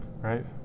Right